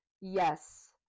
Yes